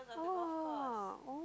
oh